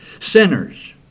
Sinners